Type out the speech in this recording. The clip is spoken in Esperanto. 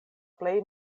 plej